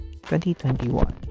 2021